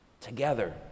Together